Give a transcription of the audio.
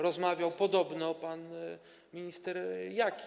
Rozmawiał podobno pan minister Jaki.